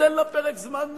ניתן לה פרק זמן מסוים.